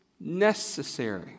necessary